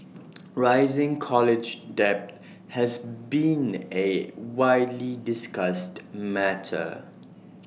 rising college debt has been A widely discussed matter